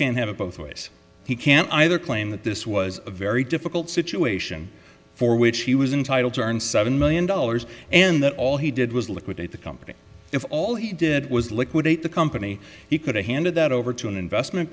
can have it both ways he can either claim that this was a very difficult situation for which he was entitled to earn seven million dollars and that all he did was liquidate the company if all he did was liquidate the company he could have handed that over to an investment